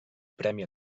premi